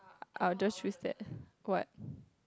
I'll just risk that what